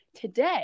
today